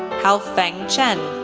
haofeng chen,